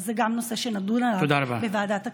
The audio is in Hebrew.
אז גם זה נושא שנדון עליו בוועדת הכספים.